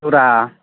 औ रा